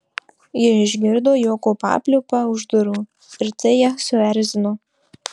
ji išgirdo juoko papliūpą už durų ir tai ją suerzino